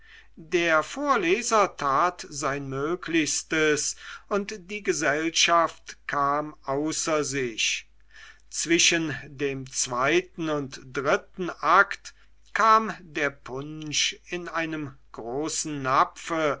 der vorleser tat sein möglichstes und die gesellschaft kam außer sich zwischen dem zweiten und dritten akt kam der punsch in einem großen napfe